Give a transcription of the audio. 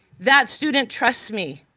that student trusts me.